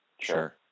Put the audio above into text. Sure